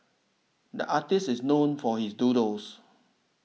the artist is known for his doodles